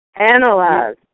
Analyze